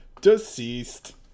Deceased